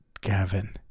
Gavin